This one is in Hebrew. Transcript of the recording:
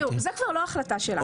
זו כבר לא החלטה שלנו.